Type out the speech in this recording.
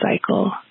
cycle